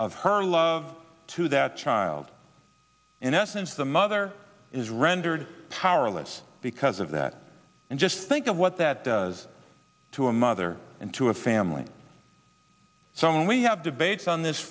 of her life to that child in essence the mother is rendered powerless because of that and just think of what that does to a mother and to a family so when we have debates on this